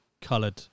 coloured